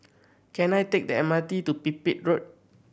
can I take the M R T to Pipit Road